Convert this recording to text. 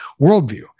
worldview